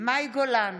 מאי גולן,